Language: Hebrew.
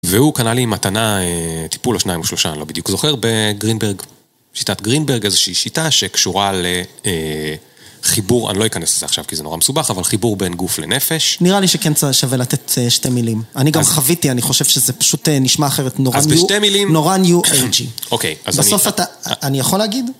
והוא קנה לי מתנה, טיפול או שניים או שלושה, אני לא בדיוק זוכר, בגרינברג. שיטת גרינברג, איזושהי שיטה שקשורה לחיבור, אני לא אכנס לזה עכשיו כי זה נורא מסובך, אבל חיבור בין גוף לנפש. נראה לי שכן זה שווה לתת שתי מילים. אני גם חוויתי, אני חושב שזה פשוט נשמע אחרת נורא ניו-אייג'י. אוקיי, אז אני... בסוף אתה... אני יכול להגיד?